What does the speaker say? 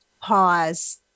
pause